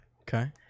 Okay